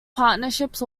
partnerships